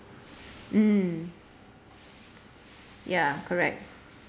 mm ya correct